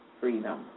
freedom